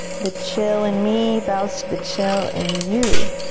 the chill in me bows to the chill in you.